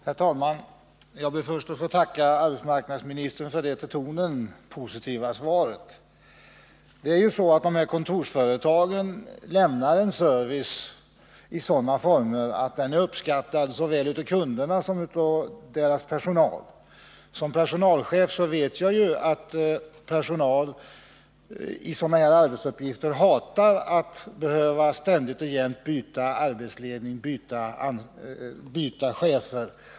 Herr talman! Jag ber först att få tacka arbetsmarknadsministern för det till tonen positiva svaret. De här kontorsföretagen lämnar en service i sådana former att de är uppskattade såväl av kunderna som av sin personal. Som personalchef vet jag att personal med sådana arbetsuppgifter som det här gäller hatar att ständigt och jämt behöva byta chefer.